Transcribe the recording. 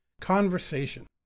Conversation